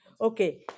Okay